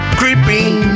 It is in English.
creeping